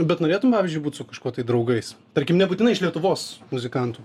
bet norėtum pavyzdžiui būt su kažkuo tai draugais tarkim nebūtinai iš lietuvos muzikantų